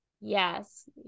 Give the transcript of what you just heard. Yes